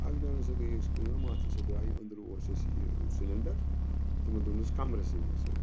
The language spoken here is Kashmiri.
اَکہِ دۄہن ہَسا گٔے اَسہِ کٲم اَتھ ہسا درٛایہِ أنٛدرٕ اوس اَسہِ یہِ سِلینڈَر تِمن دۅہن أس کَمرَسٕے منٛز رنان